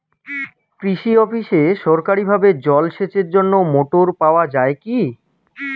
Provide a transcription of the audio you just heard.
কৃষি অফিসে সরকারিভাবে জল সেচের জন্য মোটর পাওয়া যায় কি?